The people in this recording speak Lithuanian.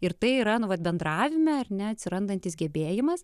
ir tai yra nu vat bendravimear ne atsirandantis gebėjimas